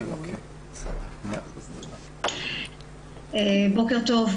בוקר טוב,